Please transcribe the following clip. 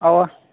اوا